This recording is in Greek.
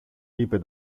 είπε